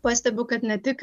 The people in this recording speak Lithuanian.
pastebiu kad ne tik